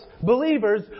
believers